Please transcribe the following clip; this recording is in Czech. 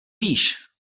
víš